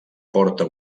porta